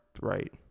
right